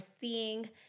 seeing